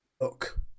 look